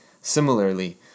similarly